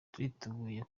turiteguye